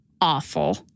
awful